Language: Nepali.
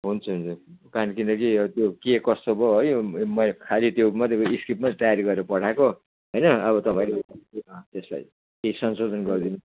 हुन्छ हुन्छ काम किनकि त्यो के कस्तो भयो है मैले खालि त्यो मात्रै स्क्रिप्ट मात्रै तयारी गरेर पठाएको होइन अब तपाईँले त्यसलाई केही संशोधन गरिदिनु